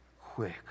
quick